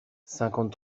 cinquante